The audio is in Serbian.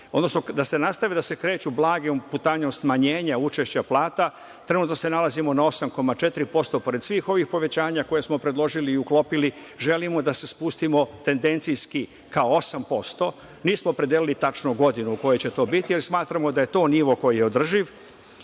da se nastavi da se kreću blagom putanjom smanjenja učešća plata. Trenutno se nalazimo na 8,4%. Pored svih ovih povećanja koje smo predložili i uklopili, želimo da se spustimo tendencijski ka 8%. Nismo opredelili tačno godinu u kojoj će to biti, jer smatramo da je to nivo koji je održiv,